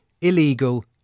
Illegal